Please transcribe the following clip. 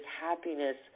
happiness